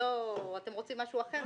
אתם רוצים משהו אחר?